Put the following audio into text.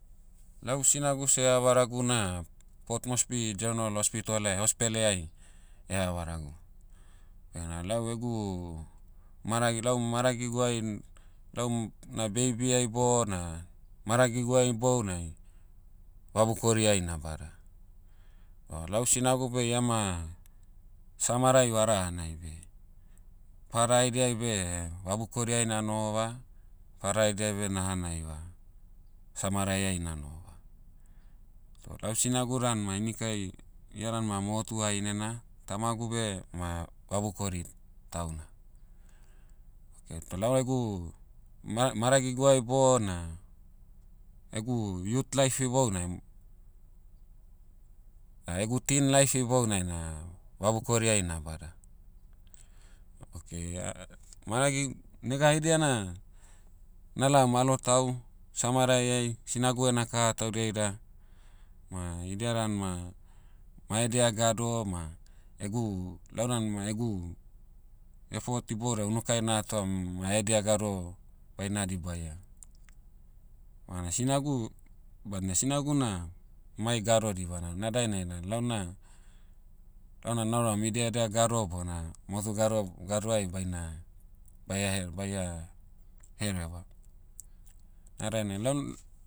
Lau sinagu seh ea varagu na, port moresby general hospital'ai- hospele'ai, eha varagu. Bena lau egu, maragi- lau maragiguai, lau, na baby'ai bona, maragiguai ibounai, vabukori'ai na'bada. O lau sinagu beh iama, samarai varahanai beh, pada haidiai beh vabukori'ai na'nohova, papa haidiai beh na'hanaiva, samarai'ai na'nohova. Toh lau sinagu dan ma inikai, ia dan ma motu hahinena. Tamagu beh ma vabukori tauna. Okay toh lau egu, ma- maragiguai bona, egu youth life ibounai, egu teen life ibounai na, vabukori'ai na'bada. Okay maragi- nega haidia na, na'laom alotau, samarai'ai sinagu ena kaha taudia ida, ma idia dan ma, mai edia gado ma, egu- lau dan ma egu, effort iboudai unukai na'hatom, maedia gado, baina dibaia. Bana sinagu- badna sinagu na, mai gado dibana na dainai na lau na, launa nauram idiedia gado bona motu gado- gadoai baina, baia he- baia, hereva. Na dainai lal-